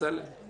אני